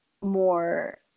more